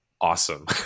awesome